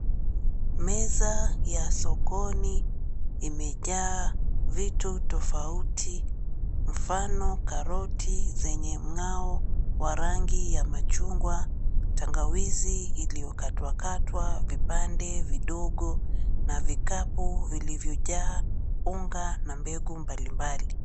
Meza ya sokoni imejaa vitu tofauti mfano karoti zenye mng'ao wa rangi ya machungwa, tangawizi iliyokatwakatwa vipande vidogo na vikapu vilivyojaa unga na mbegu mbalimbali.